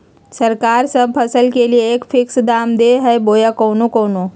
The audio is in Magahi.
सरकार सब फसल के लिए एक फिक्स दाम दे है बोया कोनो कोनो?